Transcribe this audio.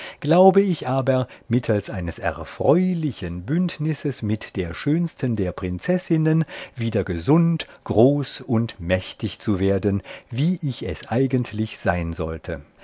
glaube ich aber mittels eines erfreulichen bündnisses mit der schönsten der prinzessinnen wieder gesund groß und mächtig zu werden wie ich es eigentlich sein sollte